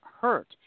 hurt